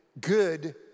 good